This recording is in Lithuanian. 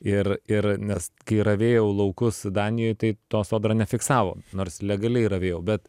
ir ir nes kai ravėjau laukus danijoj tai to sodra nefiksavo nors legaliai ravėjau bet